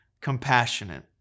compassionate